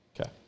Okay